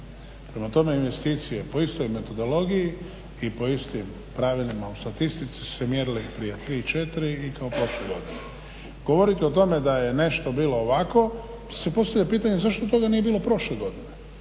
Prema tome, investicije po istoj metodologiji i po istim pravilima u statistici su se mjerili prije 3, 4 i kao prošle godine. Govoriti o tome da je nešto bilo ovako, te se postavlja pitanje zašto toga nije bilo prošle godine,